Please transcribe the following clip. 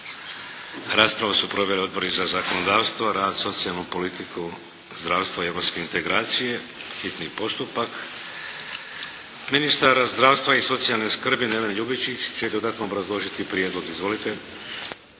Raspravu su proveli odbori za zakonodavstvo, rad, socijalnu politiku, zdravstvo, europske integracije. Hitni postupak. Ministar zdravstva i socijalne skrbi Neven Ljubičić će dodatno obrazložiti prijedlog. Izvolite.